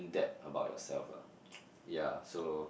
depth about yourself lah yeah so